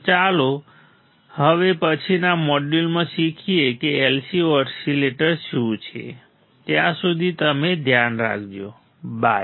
તો ચાલો હવે પછીના મોડ્યુલમાં શીખીએ કે LC ઓસિલેટર શું છે ત્યાં સુધી તમે ધ્યાન રાખજો બાય